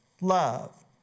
love